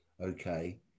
Okay